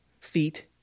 feet